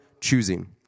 choosing